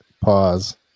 Pause